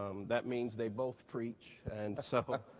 um that means they both preach. and so but